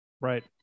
right